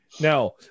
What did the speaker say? Now